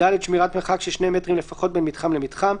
(ד)שמירת מרחק של 2 מטרים לפחות בין מתחם למתחם,